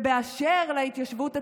ובאשר להתיישבות הצעירה,